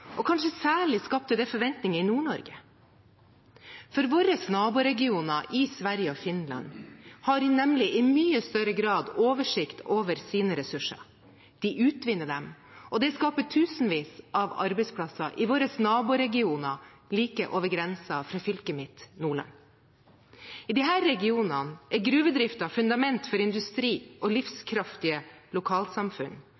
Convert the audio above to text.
og kanskje særlig skapte det forventninger i Nord-Norge. Våre naboregioner i Sverige og Finland har nemlig i mye større grad oversikt over sine ressurser. De utvinner dem, og det skaper tusenvis av arbeidsplasser i vår naboregioner like over grensa fra fylket mitt, Nordland. I disse regionene er gruvedriften fundament for industri og